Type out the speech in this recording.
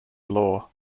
law